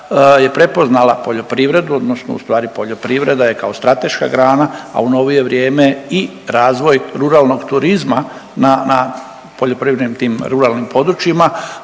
je prepoznala poljoprivredu, odnosno u stvari poljoprivreda je kao strateška grana, a u novije vrijeme i razvoj ruralnog turizma na poljoprivrednim tim ruralnim područjima